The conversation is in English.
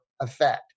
effect